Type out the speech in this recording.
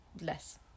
less